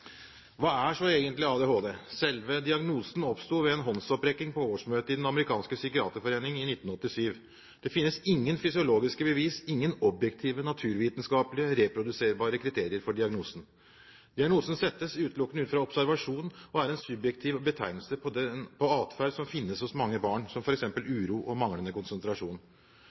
Hva er så egentlig ADHD? Selve diagnosen oppsto ved en håndsopprekning på årsmøtet i den amerikanske psykiaterforening i 1987. Det finnes ingen fysiologiske bevis, ingen objektive naturvitenskapelig reproduserbare kriterier for diagnosen. Det er noe som settes utelukkende ut fra observasjon og er en subjektiv betegnelse på atferd som finnes hos mange barn, som f.eks. uro og manglende konsentrasjon.